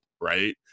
right